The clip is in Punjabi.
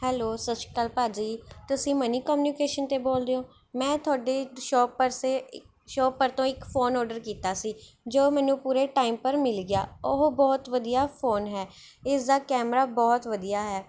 ਹੈਲੋ ਸਤਿ ਸ਼੍ਰੀ ਅਕਾਲ ਭਾਅ ਜੀ ਤੁਸੀਂ ਮਨੀ ਕਮਿਊਨੀਕੇਸ਼ਨ ਤੋਂ ਬੋਲ ਰਹੇ ਹੋ ਮੈਂ ਤੁਹਾਡੀ ਸ਼ੋਪ ਪਰ ਸੇ ਇੱ ਸ਼ੋਪ ਪਰ ਤੋਂ ਇੱਕ ਫ਼ੋਨ ਔਡਰ ਕੀਤਾ ਸੀ ਜੋ ਮੈਨੂੰ ਪੂਰੇ ਟਾਈਮ ਪਰ ਮਿਲ ਗਿਆ ਉਹ ਬਹੁਤ ਵਧੀਆ ਫ਼ੋਨ ਹੈ ਇਸ ਦਾ ਕੈਮਰਾ ਬਹੁਤ ਵਧੀਆ ਹੈ